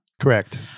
Correct